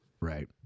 Right